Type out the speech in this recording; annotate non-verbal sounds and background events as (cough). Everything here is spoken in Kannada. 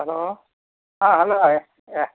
ಅಲೋ ಹಾಂ ಹಲೋ (unintelligible)